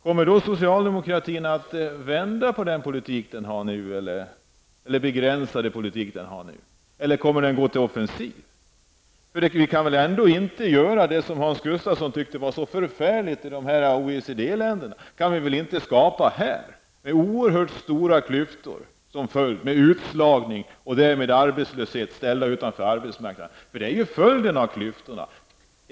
Kommer då socialdemokratin att vända på den politik den för nu eller begränsa den? Eller kommer socialdemokraterna gå till offensiv? Vi kan väl ändå inte gör det som Hans Gustafsson tyckte var så förfärligt i OECD-länderna, med oerhört stora klyftor som följd, med utslagning och människor ställda utanför arbetsmarknaden. Det är ju följden av klyftorna.